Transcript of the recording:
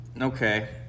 Okay